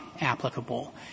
applicable